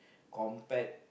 compared